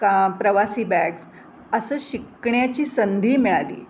का प्रवासी बॅग्स असं शिकण्याची संधी मिळाली